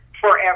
forever